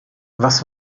was